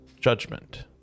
judgment